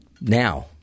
Now